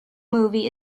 movie